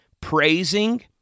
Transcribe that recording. Praising